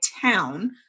town